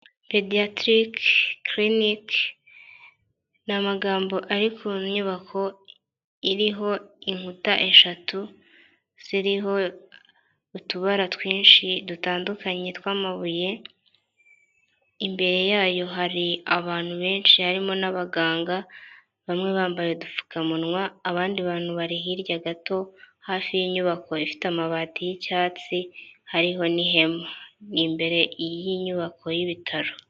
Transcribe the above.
Pediyatirice kilinike ni amagambo ari ku nyubako iriho inkuta eshatu ziriho utubara twinshi dutandukanye tw'mabuye, imbere yayo hari abantu benshi harimo n'abaganga bamwe bambaye udupfukamunwa abandi bantu bari hirya gato hafi y'inyubako ifite amabati y'icyatsi hariho n'ihema n'imbere y'inyubako y'ibitaro.